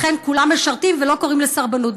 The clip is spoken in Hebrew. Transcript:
לכן כולם משרתים ולא קוראים לסרבנות,